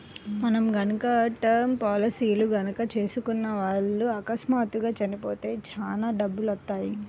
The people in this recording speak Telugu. మనం గనక టర్మ్ పాలసీలు గనక చేసుకున్న వాళ్ళు అకస్మాత్తుగా చచ్చిపోతే చానా డబ్బులొత్తయ్యి